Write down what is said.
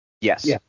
Yes